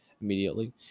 immediately